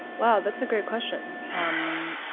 wow, that's a great question um